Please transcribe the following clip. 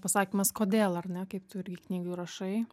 pasakymas kodėl ar ne kaip tu irgi knygoj rašai